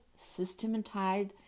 systematized